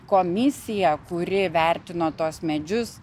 komisija kuri vertino tuos medžius